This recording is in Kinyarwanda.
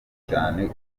cyane